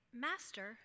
Master